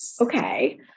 okay